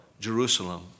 Jerusalem